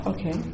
Okay